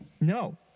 no